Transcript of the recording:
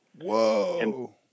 Whoa